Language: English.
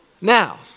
Now